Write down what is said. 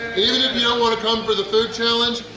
even if you don't want to come for the food challenge,